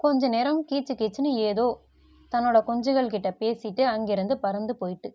கொஞ்சம் நேரம் கீச்சு கீச்சுனு ஏதோ தன்னோடய குஞ்சுகள்கிட்டே பேசிவிட்டு அங்கிருந்து பறந்து போயிட்டுது